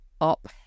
up